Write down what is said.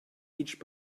each